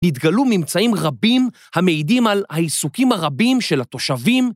‫נתגלו ממצאים רבים ‫המעידים על העיסוקים הרבים של התושבים.